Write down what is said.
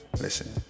Listen